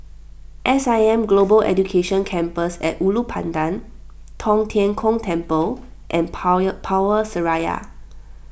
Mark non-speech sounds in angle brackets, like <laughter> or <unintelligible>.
S I M Global Education Campus at Ulu Pandan Tong Tien Kung Temple and <unintelligible> Power Seraya